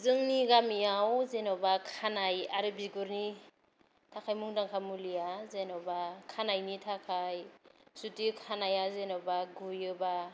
जोंनि गामियाव जेन'बा खानाय आरो बिगुरनि थाखाय मुंदांखा मुलिया जेन'बा खानायनि थाखाय जुदि खानाया जेन'बा गुयोबा